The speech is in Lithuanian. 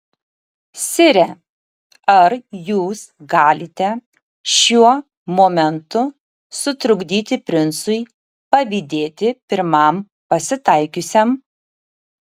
sire ar jūs galite šiuo momentu sutrukdyti princui pavydėti pirmam pasitaikiusiam